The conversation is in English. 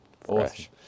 Fresh